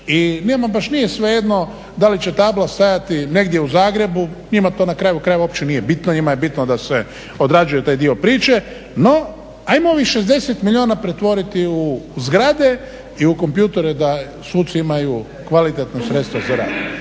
I njima baš nije svejedno da li će tabla stajati negdje u Zagrebu, njima to na kraju krajeva uopće nije bitno. Njima je bitno da se odrađuje taj dio priče. No, hajmo ovih 60 milijuna pretvoriti u zgrade i u kompjutore da suci imaju kvalitetna sredstva za rad.